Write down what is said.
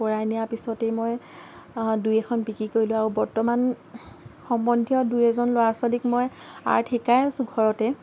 কৰাই নিয়াৰ পিছতে মই দুই এখন বিক্ৰী কৰিলোঁ আৰু বৰ্তমান সম্বন্ধীয় দুই এজন ল'ৰা ছোৱালীক মই আৰ্ট শিকাই আছোঁ ঘৰতে